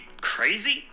crazy